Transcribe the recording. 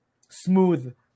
smooth